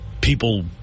people